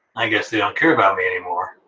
i guess they don't care about me anymore.